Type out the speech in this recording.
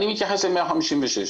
אני מתייחס ל-156.